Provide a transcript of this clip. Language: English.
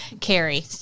carrie